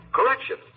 Correction